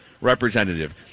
representative